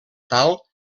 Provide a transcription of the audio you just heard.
tal